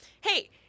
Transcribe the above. Hey